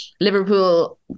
Liverpool